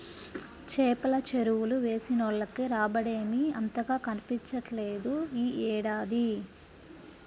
చేపల చెరువులు వేసినోళ్లకి రాబడేమీ అంతగా కనిపించట్లేదు యీ ఏడాది